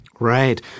Right